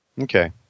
Okay